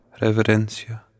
Reverencia